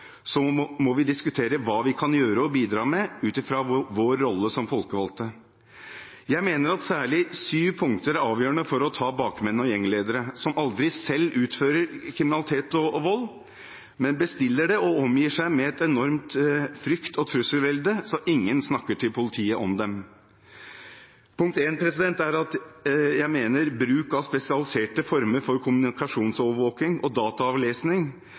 må vi diskutere hva vi kan gjøre og bidra med ut fra vår rolle som folkevalgte. Jeg mener at særlig sju punkter er avgjørende for å ta bakmenn og gjengledere, som aldri selv utfører kriminalitet og vold, men bestiller det og omgir seg med et enormt frykt- og trusselvelde, sånn at ingen snakker til politiet om dem. Punkt én er at jeg mener bruk av spesialiserte former for kommunikasjonsovervåkning og dataavlesning